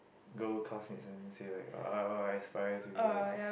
girl classmates and then say like uh oh I aspire to be like